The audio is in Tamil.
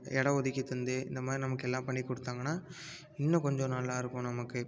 இடம் ஒதுக்கி தந்து இந்த மாதிரி நமக்கு எல்லாம் பண்ணி கொடுத்தாங்கனா இன்னும் கொஞ்சம் நல்லாயிருக்கும் நமக்கு